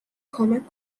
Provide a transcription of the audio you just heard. کمک